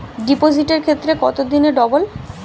ডিপোজিটের ক্ষেত্রে কত দিনে ডবল?